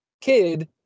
kid